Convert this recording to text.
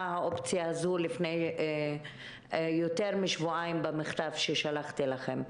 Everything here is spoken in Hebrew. האופציה הזאת לפני יותר משבועיים במכתב ששלחתי אליכם.